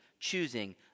choosing